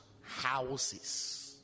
houses